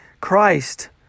Christ